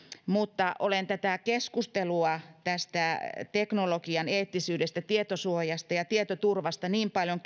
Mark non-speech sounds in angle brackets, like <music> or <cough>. mutta olen käynyt keskustelua teknologian eettisyydestä tietosuojasta ja tietoturvasta niin paljon <unintelligible>